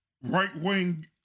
right-wing